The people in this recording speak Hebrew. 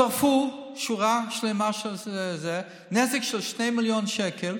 שרפו שורה שלמה של חנויות, נזק של 2 מיליון שקל,